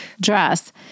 dress